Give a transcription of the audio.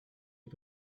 les